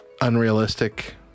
unrealistic